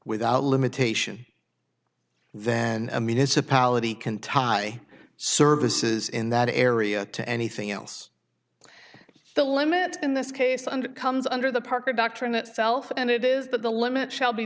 without limitation then a municipality can tie services in that area to anything else the limit in this case under comes under the parker doctrine itself and it is that the limit shall be